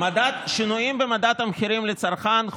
שינויים במדד המחירים לצרכן,